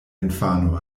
infano